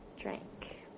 drank